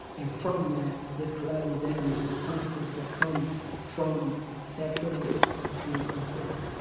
and from that, there's collateral damage and there's consequences that come from that feeling of of being unsafe.